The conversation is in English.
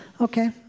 Okay